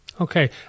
okay